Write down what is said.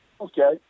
Okay